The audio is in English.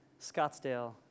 Scottsdale